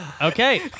Okay